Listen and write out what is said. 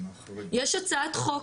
יש הצעת חוק,